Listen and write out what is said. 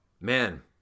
Man